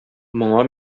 моңа